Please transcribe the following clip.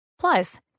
Plus